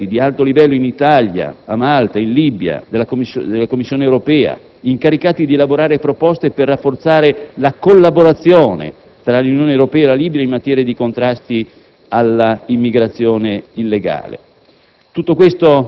con esperti di alto livello in Italia, a Malta, in Libia, della Commissione europea incaricati di elaborare proposte per rafforzare la collaborazione tra l'Unione Europea e la Libia in materia di contrasto all'immigrazione illegale.